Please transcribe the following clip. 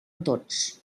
tots